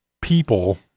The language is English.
people